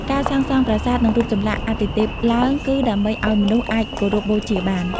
ការសាងសង់ប្រាសាទ និងរូបចម្លាក់អាទិទេពឡើង គឺដើម្បីឱ្យមនុស្សអាចគោរពបូជាបាន។